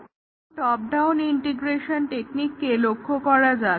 এখন top down integration টেকনিককে লক্ষ্য করা যাক